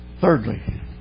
thirdly